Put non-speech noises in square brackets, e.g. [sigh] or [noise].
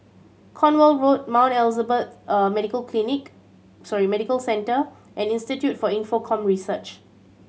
Cornwall Road Mount Elizabeth [hesitation] Medical Clinic sorry Medical Centre and Institute for Infocomm Research